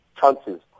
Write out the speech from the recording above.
chances